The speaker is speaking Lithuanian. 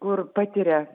kur patiria